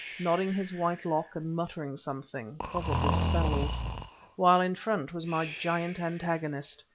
nodding his white lock and muttering something probably spells while in front was my giant antagonist,